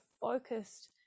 focused